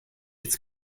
its